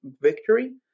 victory